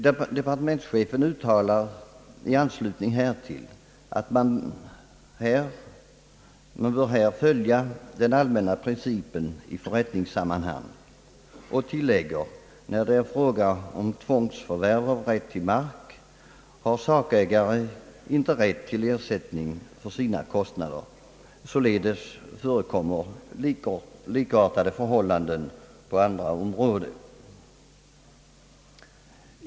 Departementsche fen uttalar i anslutning härtill, att man bör följa den allmänna principen i förrättningssammanhang och tillägger att när det är fråga om tvångsförvärv av rätt till mark har sakägare inte rätt till ersättning för sina kostnader. Således förekommer likartade förhållanden på andra områden.